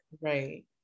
Right